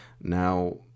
Now